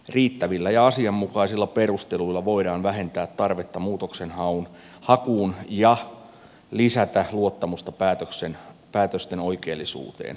riittävillä ja asianmukaisilla perusteluilla voidaan vähentää tarvetta muutoksenhakuun ja lisätä luottamusta päätösten oikeellisuuteen